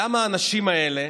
למה האנשים האלה,